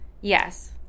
Yes